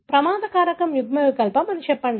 ప్రమాద కారకం యుగ్మ వికల్పం అని చెప్పండి 6